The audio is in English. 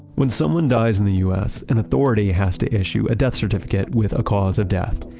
when someone dies in the u s, an authority has to issue a death certificate with a cause of death.